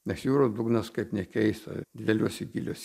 nes jūros dugnas kaip ne keista dideliuose gyliuose